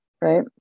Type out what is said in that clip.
right